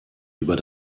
über